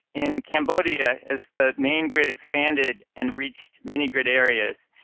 in cambodia, as the main grid expanded and reached mini-grid areas,